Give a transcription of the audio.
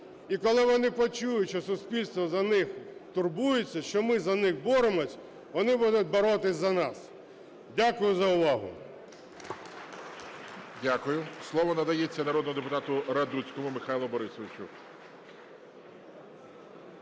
І коли вони почують, що суспільство за них турбується, що ми за них боремось, вони будуть боротися за нас. Дякую за увагу.